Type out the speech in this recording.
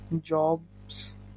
jobs